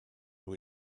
who